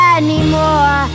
anymore